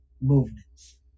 movements